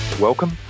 Welcome